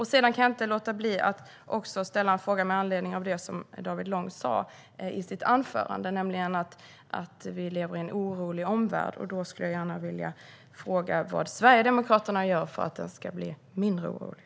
Jag kan inte låta bli att också ställa en fråga med anledning av det som David Lång sa i sitt anförande om att vi lever i en orolig värld. Jag skulle vilja veta vad Sverigedemokraterna gör för att den ska bli mindre orolig.